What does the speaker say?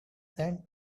sand